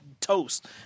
Toast